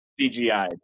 CGI